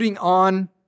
on